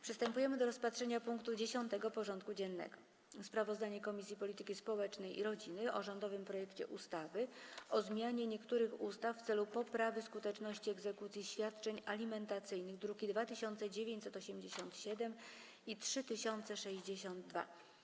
Przystępujemy do rozpatrzenia punktu 10. porządku dziennego: Sprawozdanie Komisji Polityki Społecznej i Rodziny o rządowym projekcie ustawy o zmianie niektórych ustaw w celu poprawy skuteczności egzekucji świadczeń alimentacyjnych (druki nr 2987 i 3062)